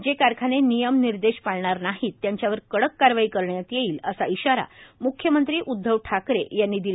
जे कारखाने नियम निर्देश पाळणार नाहीत त्यांच्यावर कडक कारवाई करण्यात येईल असा इशारा मुख्यमंत्री उदधव ठाकरे यांनी दिला